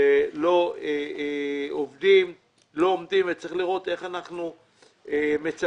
לא עומדים וצריך לראות איך אנחנו מצמצמים.